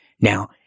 Now